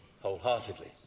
wholeheartedly